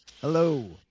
Hello